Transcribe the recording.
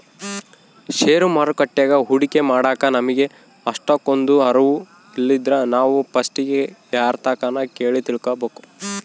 ಷೇರು ಮಾರುಕಟ್ಯಾಗ ಹೂಡಿಕೆ ಮಾಡಾಕ ನಮಿಗೆ ಅಷ್ಟಕೊಂದು ಅರುವು ಇಲ್ಲಿದ್ರ ನಾವು ಪಸ್ಟಿಗೆ ಯಾರ್ತಕನ ಕೇಳಿ ತಿಳ್ಕಬಕು